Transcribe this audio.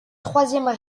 troisième